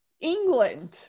England